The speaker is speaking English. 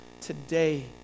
today